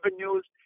Revenues